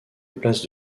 places